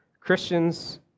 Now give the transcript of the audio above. Christians